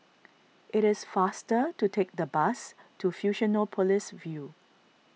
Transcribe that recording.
it is faster to take the bus to Fusionopolis View